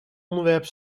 onderwerp